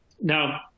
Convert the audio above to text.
Now